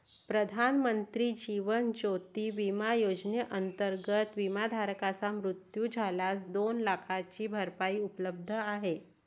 प्रधानमंत्री जीवन ज्योती विमा योजनेअंतर्गत, विमाधारकाचा मृत्यू झाल्यास दोन लाखांची भरपाई उपलब्ध आहे